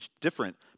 different